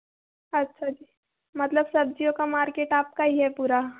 अच्छा जी मतलब सब्ज़ियों का मार्केट आपका ही है पूरा